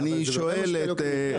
איתי,